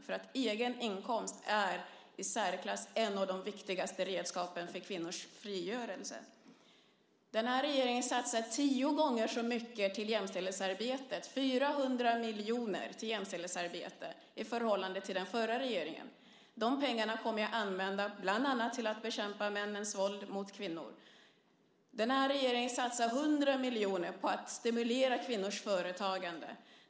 En egen inkomst är i särklass ett av de viktigaste redskapen för kvinnors frigörelse. Den här regeringen satsar tio gånger så mycket på jämställdhetsarbetet - det är 400 miljoner till jämställdhetsarbetet - i förhållande till den förra regeringen. De pengarna kommer vi att använda bland annat till att bekämpa männens våld mot kvinnor. Den här regeringen satsar 100 miljoner på att stimulera kvinnors företagande.